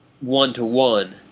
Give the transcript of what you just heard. one-to-one